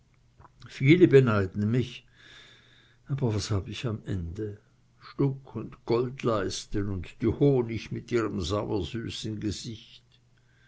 viele beneiden mich aber was hab ich am ende stuck und goldleisten und die honig mit ihrem sauersüßen gesicht